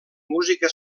música